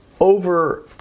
over